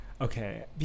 Okay